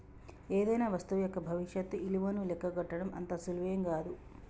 ఏదైనా వస్తువు యొక్క భవిష్యత్తు ఇలువను లెక్కగట్టడం అంత సులువేం గాదు